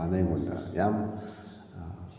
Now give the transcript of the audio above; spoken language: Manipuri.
ꯃꯥꯅ ꯑꯩꯉꯣꯟꯗ ꯌꯥꯝ